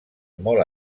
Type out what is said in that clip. molt